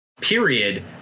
period